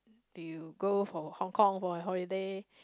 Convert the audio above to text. do you go for Hong-Kong for your holiday